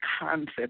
concept